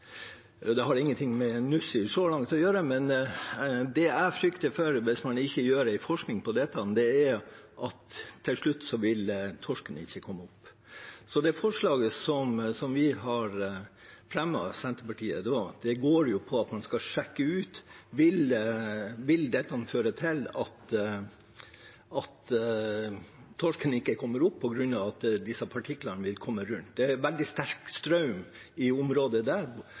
bl.a. Det har ingenting med Nussir så langt å gjøre, men det jeg frykter for hvis man ikke gjør forskning på dette, er at til slutt vil torsken ikke komme opp. Det forslaget Senterpartiet har fremmet, går på at man skal sjekke ut om dette vil føre til at torsken ikke kommer opp på grunn av at disse partiklene vil komme rundt. Det er veldig sterk strøm i området,